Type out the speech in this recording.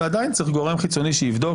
ועדיין צריך גורם חיצוני שיבדוק.